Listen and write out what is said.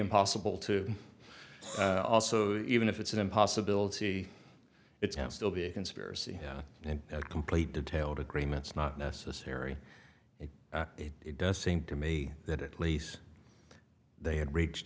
impossible to also even if it's an impossibility it's still be a conspiracy and complete detailed agreements not necessary if it does seem to me that at least they had reached